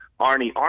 Arnie